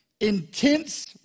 intense